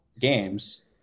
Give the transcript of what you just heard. games